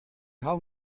hou